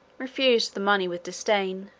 refused the money with disdain